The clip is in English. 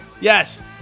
Yes